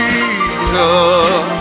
Jesus